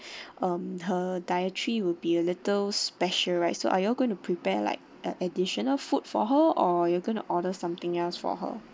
um her dietary will be a little special right so are you going to prepare like an additional food for her or you're going to order something else for her